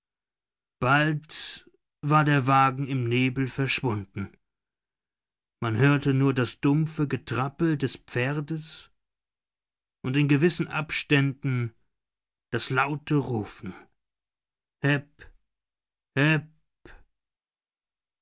bald war der wagen im nebel verschwunden man hörte nur das dumpfe getrappel des pferdes und in gewissen abständen das laute rufen